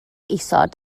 isod